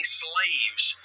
slaves